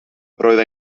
roedd